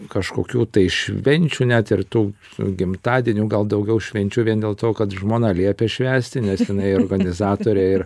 kažkokių tai švenčių net ir tų su gimtadienių gal daugiau švenčių vien dėl to kad žmona liepia švęsti nes jinai organizatorė ir